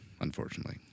unfortunately